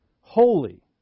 holy